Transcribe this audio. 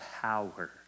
power